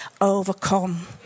overcome